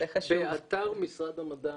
באתר משרד המדע